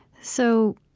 so,